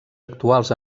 actuals